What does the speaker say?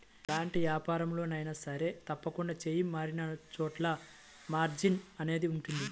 ఎలాంటి వ్యాపారంలో అయినా సరే తప్పకుండా చెయ్యి మారినచోటల్లా మార్జిన్ అనేది ఉంటది